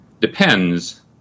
depends